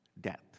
Death